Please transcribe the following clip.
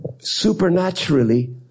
supernaturally